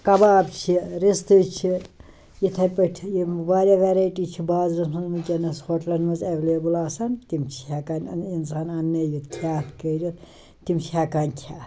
کَباب چھِ رِستہٕ چھِ اِتھٕے پٲٹھۍ یِم واریاہ وٮ۪ریٹی چھِ بازٕرَس منٛز ؤنکیٚنَس ہوٹلَن منٛز اٮ۪ولیبُل آسان تِم چھِ ہٮ۪کان اِنسان اَنٛنٲوِتھ کٔرِتھ تِم چھِ ہٮ۪کان کھیٚتھ